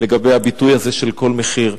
לגבי הביטוי הזה "כל מחיר".